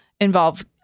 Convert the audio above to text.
involve